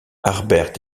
harbert